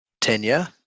tenure